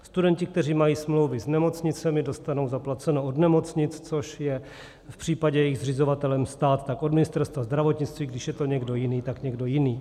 Studenti, kteří mají smlouvy s nemocnicemi, dostanou zaplaceno od nemocnic, což je v případě, že je jejich zřizovatelem stát, tak od Ministerstva zdravotnictví, když je to někdo jiný, tak někdo jiný.